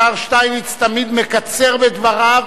השר שטייניץ תמיד מקצר בדבריו,